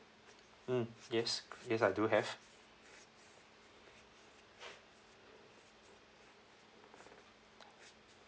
mm yes yes I do have